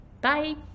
Bye